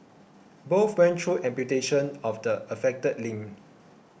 both went through amputation of the affected limb